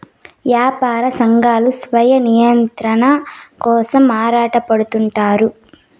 యాపార సంఘాలు స్వీయ నియంత్రణ కోసం ఆరాటపడుతుంటారు